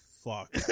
fuck